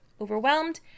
Overwhelmed